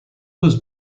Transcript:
was